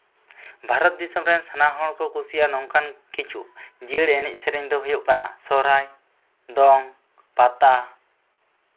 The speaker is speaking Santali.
ᱵᱷᱨᱚᱛ ᱫᱤᱥᱚᱢ ᱨᱮᱱ ᱥᱟᱱᱟᱢ ᱦᱚᱲ ᱠᱚ ᱠᱩᱥᱤᱭᱟᱜᱼᱟ ᱱᱚᱝᱠᱟᱱ ᱠᱤᱪᱷᱩ ᱡᱤᱭᱟᱹᱲ ᱮᱱᱮᱡᱼᱥᱮᱹᱨᱮᱹᱧ ᱫᱚ ᱦᱩᱭᱩᱜ ᱠᱟᱱᱟ ᱥᱚᱦᱨᱟᱭ ᱫᱚᱝ ᱯᱟᱛᱟ